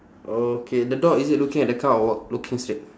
okay the dog is it looking at the car or what looking straight